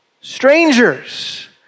Strangers